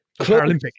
Paralympic